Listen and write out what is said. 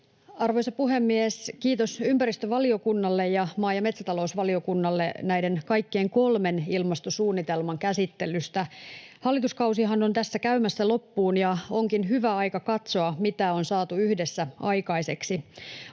Arvoisa puhemies! Kiitos ympäristövaliokunnalle ja maa- ja metsätalousvaliokunnalle näiden kaikkien kolmen ilmastosuunnitelman käsittelystä. Hallituskausihan on tässä käymässä loppuun, ja onkin hyvä aika katsoa, mitä on saatu yhdessä aikaiseksi.